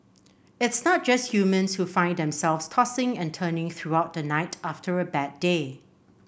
its not just humans who find themselves tossing and turning throughout the night after a bad day